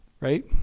Right